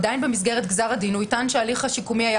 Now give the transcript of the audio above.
עדיין במסגרת גזר הדין הוא יטען שההליך השיקומי היה